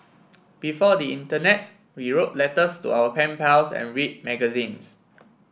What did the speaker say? before the internet we wrote letters to our pen pals and read magazines